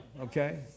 okay